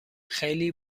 خیلی